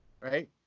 Right